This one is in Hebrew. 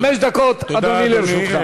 חמש דקות, אדוני, לרשותך.